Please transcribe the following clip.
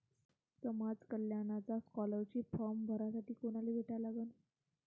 समाज कल्याणचा scholarship form भरासाठी कुनाले भेटा लागन?